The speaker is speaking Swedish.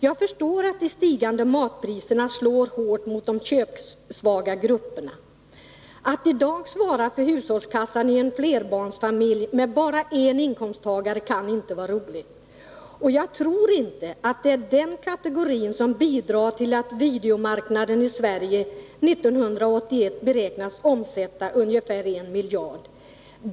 Jag förstår att de stigande matpriserna slår hårt mot de köpsvaga grupperna. Att i 3 Riksdagens protokoll 1981/82:61-67 dag svara för hushållskassan i en flerbarnsfamilj med bara en inkomsttagare kan inte vara roligt. Och jag tror inte att det är den kategorin som bidrar till att videomarknaden i Sverige 1981 beräknas omsätta ungefär 1 miljard.